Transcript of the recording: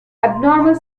abnormal